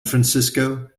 francisco